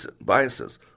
biases